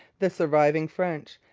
the surviving french,